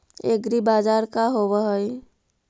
एग्रीबाजार का होव हइ?